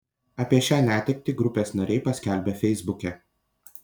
apie šią netektį grupės nariai paskelbė feisbuke